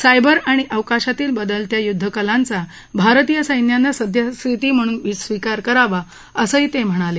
cyber आणि अवकाशातील बदलत्या युध्द कलांचा भारतीय सैन्यानं सत्यस्थिती म्हणून स्वीकार करावा असंही ते म्हणाले